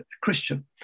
Christian